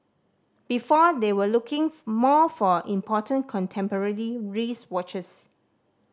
before they were looking more for important contemporary wristwatches